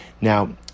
Now